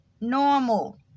normal